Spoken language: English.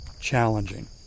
challenging